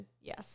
yes